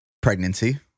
pregnancy